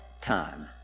time